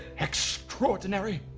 extraordinary!